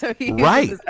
Right